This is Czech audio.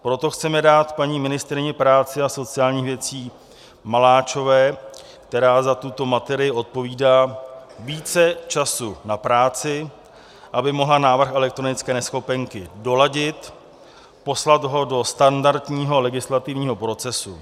Proto chceme dát paní ministryni práce a sociálních věcí Maláčové, která za tuto materii odpovídá, více času na práci, aby mohla návrh elektronické neschopenky doladit a poslat ho do standardního legislativního procesu.